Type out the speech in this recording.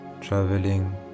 traveling